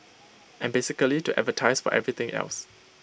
and basically to advertise for everything else